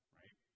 right